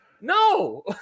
No